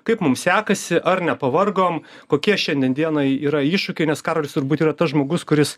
kaip mums sekasi ar nepavargom kokie šiandien dienai yra iššūkiai nes karolis turbūt yra tas žmogus kuris